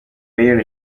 miliyoni